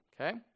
Okay